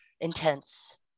intense